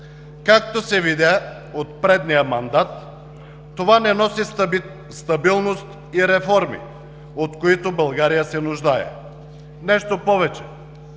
Както се видя от предния мандат, това не носи стабилност и реформи, от които България се нуждае. Нещо повече,